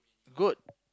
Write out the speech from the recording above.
good